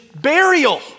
burial